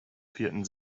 vierten